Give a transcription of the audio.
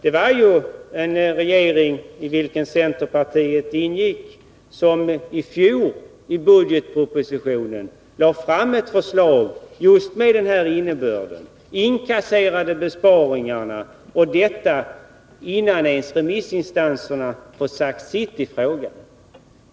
En borgerlig regering, i vilken centerpartiet ingick, lade i fjol i budgetpropositionen fram ett förslag just med den här innebörden och inkasserade besparingarna — och detta innan ens remissinstanserna fått säga sitt i frågan.